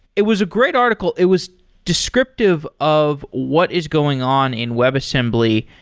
it was a great article. it was descriptive of what is going on in webassembly.